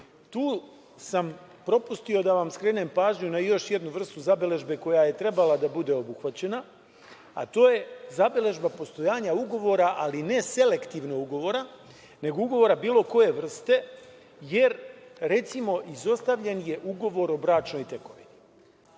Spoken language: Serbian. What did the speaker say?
tu sam propustio da vam skrenem pažnju na još jednu vrstu zabeležbe koja je trebala da bude obuhvaćena, a to je zabeležba postojanja ugovora, ali ne selektivnog ugovora, nego ugovora bilo koje vrste, jer je, recimo, izostavljen ugovor o bračnoj tekovini,